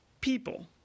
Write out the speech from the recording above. people